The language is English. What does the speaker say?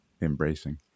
embracing